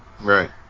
Right